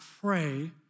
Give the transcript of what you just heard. pray